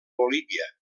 bolívia